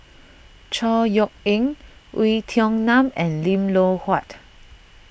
Chor Yeok Eng Oei Tiong Ham and Lim Loh Huat